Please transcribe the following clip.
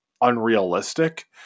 unrealistic